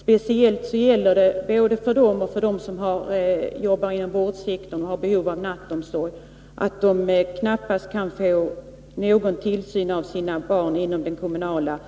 Speciellt dessa föräldrar och de som arbetar inom vårdsektorn har behov av nattomsorg och kan knappast få någon tillsyn av sina barn inom den kommunala